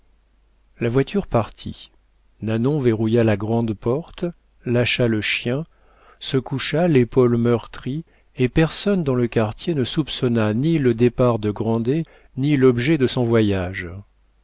la voiture partit nanon verrouilla la grande porte lâcha le chien se coucha l'épaule meurtrie et personne dans le quartier ne soupçonna ni le départ de grandet ni l'objet de son voyage